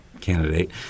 candidate